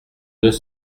deux